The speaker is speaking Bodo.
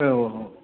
औ औ